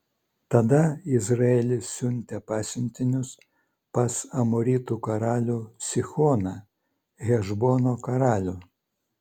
tada izraelis siuntė pasiuntinius pas amoritų karalių sihoną hešbono karalių